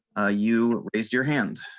you is your hand.